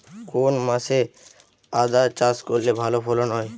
কোন মাসে আদা চাষ করলে ভালো ফলন হয়?